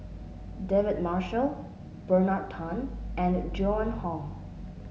David Marshall Bernard Tan and Joan Hon